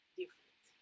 different